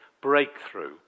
breakthrough